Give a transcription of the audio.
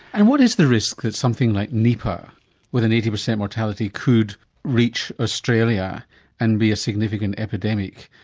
and what is the risk that something like nipah with an eighty percent mortality could reach australia and be a significant epidemic?